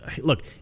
look